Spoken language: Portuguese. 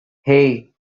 hey